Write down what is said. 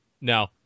no